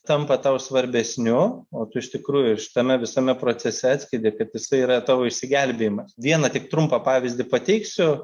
tampa tau svarbesniu o tu iš tikrųjų šitame visame procese atskleidi kad jisai yra tavo išsigelbėjimas vieną tik trumpą pavyzdį pateiksiu